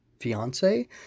fiance